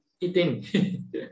eating